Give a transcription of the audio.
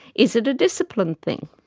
is it a discipline thing?